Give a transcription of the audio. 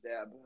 dab